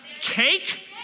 Cake